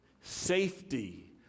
safety